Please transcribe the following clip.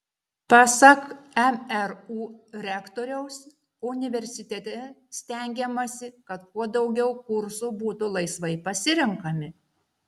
pasak mru rektoriaus universitete stengiamasi kad kuo daugiau kursų būtų laisvai pasirenkami